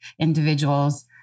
individual's